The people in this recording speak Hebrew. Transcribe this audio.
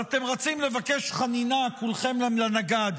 אז אתם רצים לבקש חנינה כולכם לנגד.